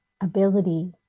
ability